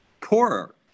poorer